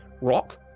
rock